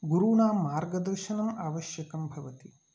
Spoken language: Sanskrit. गुरूणां मार्गदर्शनम् आवश्यकं भवति